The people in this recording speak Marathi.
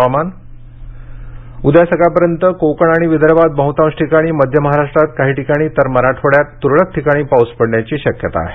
हवामान उद्या सकाळपर्यंत कोकण आणि विदर्भात बहुतांश ठिकाणी मध्य महाराष्ट्रात काही ठिकाणी तर मराठवाड्यात तुरळक ठिकाणी पाऊस पडण्याची शक्यता आहे